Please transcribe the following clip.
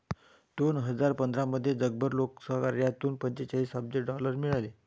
दोन हजार पंधरामध्ये जगभर लोकसहकार्यातून पंचेचाळीस अब्ज डॉलर मिळाले